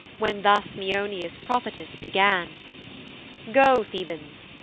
when thus maeonia's prophetess began go, thebans!